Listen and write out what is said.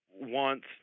wants